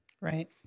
Right